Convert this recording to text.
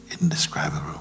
indescribable